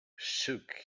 shook